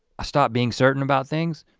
i stopped being certain about things.